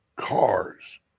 cars